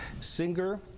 singer